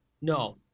No